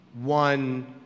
one